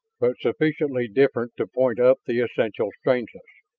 but sufficiently different to point up the essential strangeness.